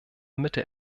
mittel